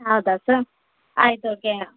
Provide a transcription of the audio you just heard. ಹೌದ ಸರ್ ಆಯ್ತು ಓ ಕೆಯಾ